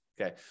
Okay